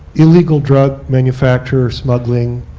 illegal drug manufacturers, smuggling,